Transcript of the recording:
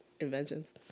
inventions